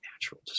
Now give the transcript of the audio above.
natural